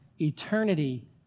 eternity